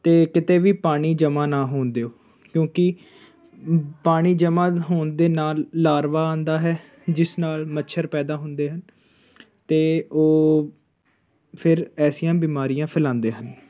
ਅਤੇ ਕਿਤੇ ਵੀ ਪਾਣੀ ਜਮ੍ਹਾਂ ਨਾ ਹੋਣ ਦਿਓ ਕਿਉਂਕਿ ਪਾਣੀ ਜਮ੍ਹਾਂ ਹੋਣ ਦੇ ਨਾਲ ਲਾਰਬਾ ਆਉਂਦਾ ਹੈ ਜਿਸ ਨਾਲ ਮੱਛਰ ਪੈਦਾ ਹੁੰਦੇ ਹਨ ਅਤੇ ਉਹ ਫਿਰ ਐਸੀਆਂ ਬਿਮਾਰੀਆਂ ਫੈਲਾਉਂਦੇ ਹਨ